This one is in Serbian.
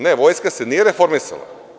Ne, Vojska se nije reformisala.